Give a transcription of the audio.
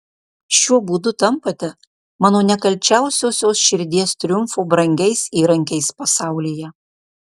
šiuo būdu tampate mano nekalčiausiosios širdies triumfo brangiais įrankiais pasaulyje